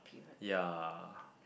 ya